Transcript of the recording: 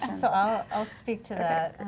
and so ah i'll speak to that.